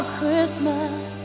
Christmas